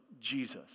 Jesus